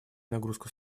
нагрузка